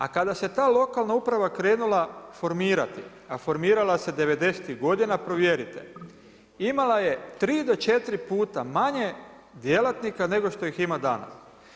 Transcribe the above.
A kada se ta lokalna uprava krenula formirati, a formirala se devedesetih godina provjerite, imala je tri do četiri puta manje djelatnika nego što ih ima danas.